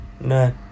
No